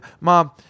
mom